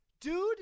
Dude